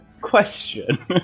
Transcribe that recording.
Question